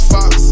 Fox